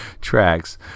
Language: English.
Tracks